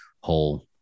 whole